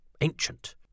ancient